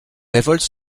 révoltes